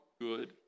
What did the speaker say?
good